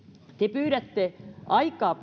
te pyydätte aikaa